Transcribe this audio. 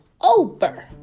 over